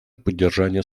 поддержания